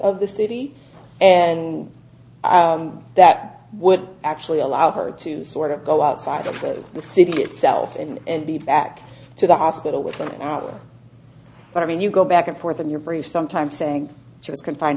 of the city and that would actually allow her to sort of go outside of the city itself in and be back to the hospital within an hour but i mean you go back and forth in your brief sometimes saying she was confined